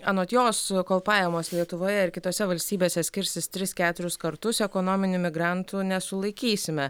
anot jos kol pajamos lietuvoje ir kitose valstybėse skirsis tris keturis kartus ekonominių migrantų nesulaikysime